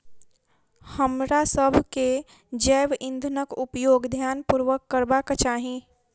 हमरासभ के जैव ईंधनक उपयोग ध्यान पूर्वक करबाक चाही